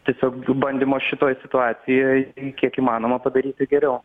tiesiog bandymo šitoj situacijoj kiek įmanoma padaryti geriau